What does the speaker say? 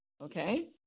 okay